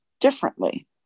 differently